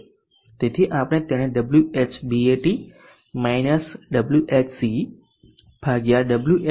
તેથી આપણે તેને Whbat Whce WhPV તરીકે લખી શકીએ છીએ